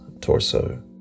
torso